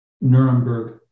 Nuremberg